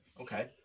Okay